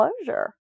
closure